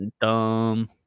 Dumb